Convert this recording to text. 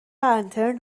انترن